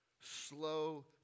Slow